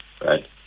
right